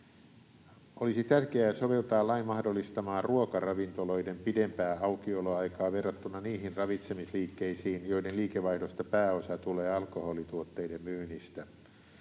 Olisi tärkeää soveltaa lain mahdollistamaa ruokaravintoloiden pidempää aukioloaikaa verrattuna niihin ravitsemisliikkeisiin, joiden liikevaihdosta pääosa tulee alkoholituotteiden myynnistä.